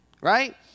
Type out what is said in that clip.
right